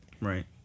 Right